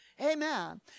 amen